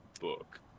book